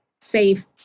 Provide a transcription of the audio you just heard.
safe